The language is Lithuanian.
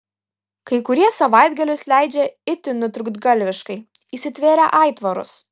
kai kurie savaitgalius leidžia itin nutrūktgalviškai įsitvėrę aitvarus